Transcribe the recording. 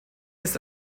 ist